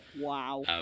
Wow